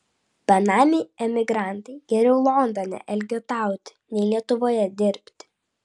benamiai emigrantai geriau londone elgetauti nei lietuvoje dirbti